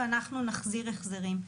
ואנחנו נחזיר החזרים.